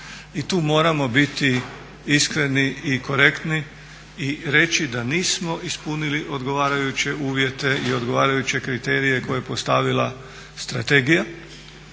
I tu moramo biti iskreni i korektni i reći da nismo ispunili odgovarajuće uvjete i odgovarajuće kriterije koje je postavila strategija